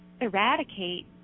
eradicate